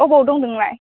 अबाव दं नोंलाय